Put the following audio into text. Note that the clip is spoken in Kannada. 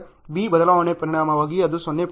B ಬದಲಾವಣೆಯ ಪರಿಣಾಮವಾಗಿ ಅದು 0